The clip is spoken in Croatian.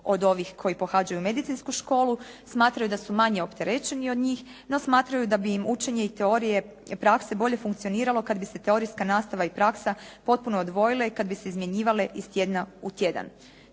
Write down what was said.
od ovih koji pohađaju Medicinsku školu. Smatraju da su manje opterećeni od njih. No, smatraju da bi im učenje i teorije prakse bolje funkcioniralo kad bi se teorijska nastava i praksa potpuno odvojile i kad bi se izmjenjivale iz tjedna u tjedan.